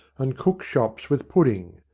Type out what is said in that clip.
and cook-shops with pudding.